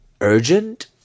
urgent